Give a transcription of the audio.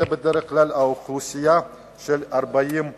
בדרך כלל זאת אוכלוסייה בגיל 40 פלוס.